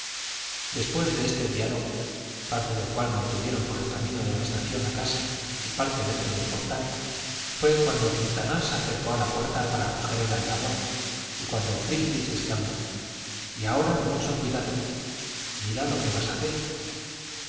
después de este diálogo parte del cual mantuvieron por el camino de la estación a casa y parte dentro del portal fue cuando quintanar se acercó a la puerta para coger el aldabón y cuando frígilis exclamó y ahora mucho cuidado mira lo que vas a hacer